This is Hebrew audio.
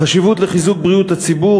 חשיבות לחיזוק בריאות הציבור,